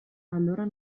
allora